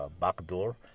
backdoor